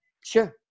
sure